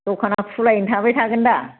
दखाना खुलायैनो थाबाय थागोन दा